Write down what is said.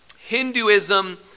Hinduism